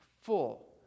full